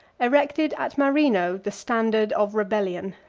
erected at marino the standard of rebellion.